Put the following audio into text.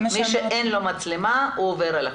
מי שאין לו מצלמה עובר על החוק.